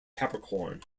capricorn